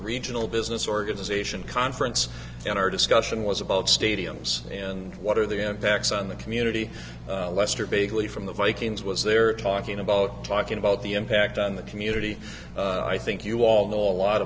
regional business organization conference and our discussion was about stadiums and what are the end backs on the community lester big league from the vikings was there talking about talking about the impact on the community i think you all know a lot